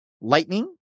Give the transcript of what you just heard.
lightning